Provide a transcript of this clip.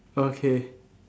okay